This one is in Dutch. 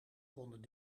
konden